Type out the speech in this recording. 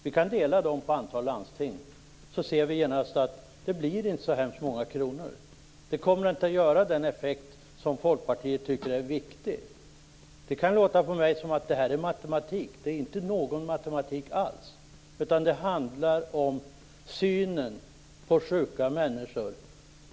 Vi kan dela upp pengarna på antalet landsting så ser vi genast att det inte blir så hemskt många kronor. Det kommer inte att få den effekt som Folkpartiet tycker är viktig. Det kan låta på mig som att detta är matematik, men det är inte någon matematik alls! Det handlar i stället om synen på sjuka människor.